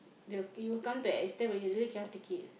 they will you will come to extent where you really can't take it